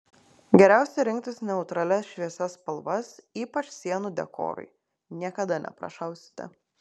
geriausia rinktis neutralias šviesias spalvas ypač sienų dekorui niekada neprašausite